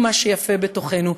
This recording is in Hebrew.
היא מה שיפה בתוכנו.